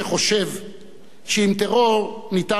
שעם טרור ניתן להתמודד בהכחשה.